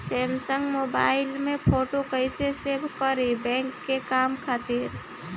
Samsung mobile में photo कैसे save करीं बैंक के काम खातिर?